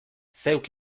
zeuk